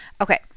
Okay